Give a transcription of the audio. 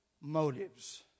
motives